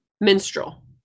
Minstrel